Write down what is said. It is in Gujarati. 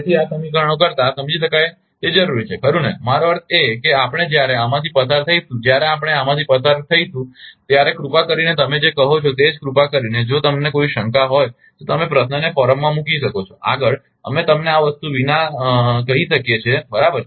તેથી આ સમીકરણો કરતા આ સમજી શકાય તે જરુરી છે ખરુ ને મારો અર્થ એ છે કે આપણે જ્યારે આમાંથી પસાર થઈશું જ્યારે આપણે આમાંથી પસાર થઈશું ત્યારે કૃપા કરીને તમે જે કહો છો તે જ કૃપા કરીને જો તમને કોઈ શંકા હોય તો તમે પ્રશ્નને ફોરમમાં મૂકી શકો છો આગળ અમે તમને આ વસ્તુ વિના કહી શકીએ છીએ બરાબર